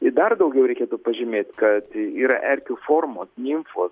i dar daugiau reikėtų pažymėt kad yra erkių formos nimfos